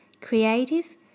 Creative